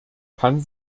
kann